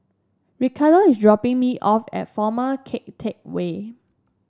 Ricardo is dropping me off at Former Keng Teck Whay